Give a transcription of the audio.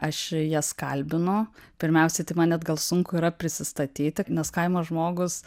aš jas kalbinu pirmiausiai tai man net gal sunku yra prisistatyti nes kaimo žmogus